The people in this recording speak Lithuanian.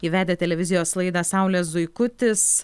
ji vedė televizijos laidą saulės zuikutis